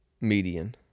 median